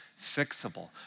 fixable